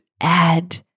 add